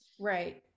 right